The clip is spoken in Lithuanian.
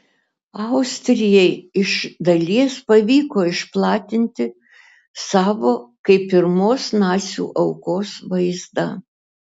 austrijai iš dalies pavyko išplatinti savo kaip pirmos nacių aukos vaizdą